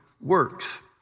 works